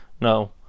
No